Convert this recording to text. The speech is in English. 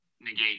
negate